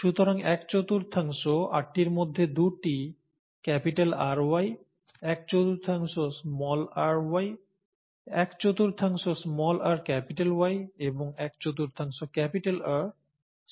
সুতরাং এক চতুর্থাংশ আটটির মধ্যে দুটি RY এক চতুর্থাংশ ry এক চতুর্থাংশ rY এবং এক চতুর্থাংশ Ry হয়